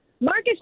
Marcus